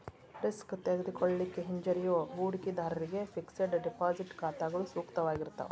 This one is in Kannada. ರಿಸ್ಕ್ ತೆಗೆದುಕೊಳ್ಳಿಕ್ಕೆ ಹಿಂಜರಿಯೋ ಹೂಡಿಕಿದಾರ್ರಿಗೆ ಫಿಕ್ಸೆಡ್ ಡೆಪಾಸಿಟ್ ಖಾತಾಗಳು ಸೂಕ್ತವಾಗಿರ್ತಾವ